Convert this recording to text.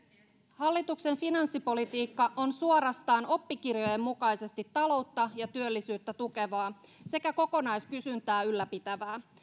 hallituksen finanssipolitiikka on suorastaan oppikirjojen mukaisesti taloutta ja työllisyyttä tukevaa sekä kokonaiskysyntää ylläpitävää